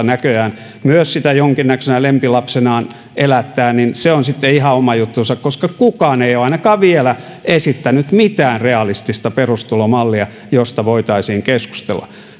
näköjään myös sitä jonkinnäköisenä lempilapsenaan elättää se on sitten ihan oma juttunsa koska kukaan ei ole ainakaan vielä esittänyt mitään realistista perustulomallia josta voitaisiin keskustella